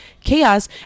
chaos